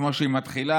כמו שהיא מתחילה: